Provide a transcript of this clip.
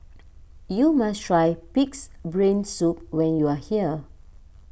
you must try Pig's Brain Soup when you are here